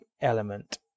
element